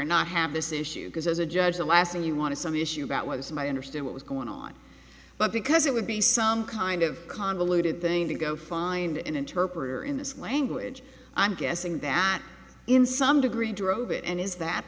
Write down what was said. and not have this issue because as a judge the last thing you want to some issue about what was my understand what was going on but because it would be some kind of convoluted thing to go find an interpreter in this language i'm guessing that in some degree drove it and is that